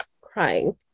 crying